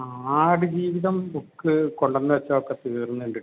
Aadujeevitham book കൊണ്ടുവന്ന് വെച്ചതൊക്കെ തീർന്നിട്ടുണ്ട് കേട്ടോ